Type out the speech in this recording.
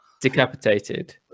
decapitated